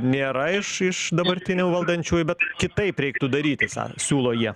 nėra iš iš dabartinių valdančiųjų bet kitaip reiktų daryti sa siūlo jie